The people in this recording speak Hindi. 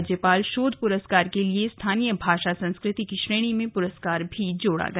राज्यपाल शोध पुरस्कार के लिए स्थानीय भाषा संस्कृति की श्रेणी में पुरस्कार जोड़ा गया